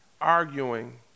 Arguing